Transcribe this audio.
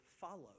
follow